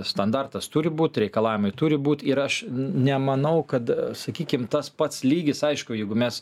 standartas turi būt reikalavimai turi būt ir aš nemanau kad sakykim tas pats lygis aišku jeigu mes